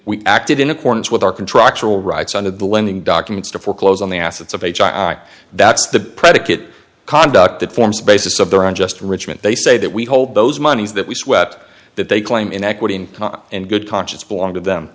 we acted in accordance with our contractual rights under the lending documents to foreclose on the assets of h i that's the predicate conduct that forms the basis of their unjust richmond they say that we hold those moneys that we sweat that they claim in equity and good conscience belong to them